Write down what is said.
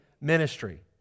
ministry